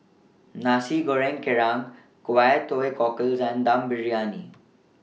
Nasi Goreng Kerang Kway Teow Cockles and Dum Briyani